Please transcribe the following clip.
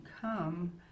come